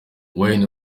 wayne